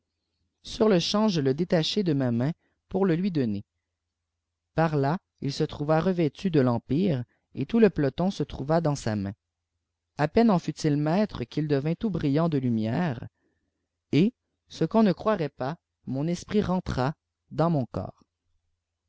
sur le çhamp je le détachai de ma main pour le lui donner par là il se trouva revêtu de l'empire et tout le peloton se trouva dans sa main a peine en fut-il maître qu'il devint tout brillant de lumière et ce qu'on ne croirait pas mon esprit rentra dans mon corps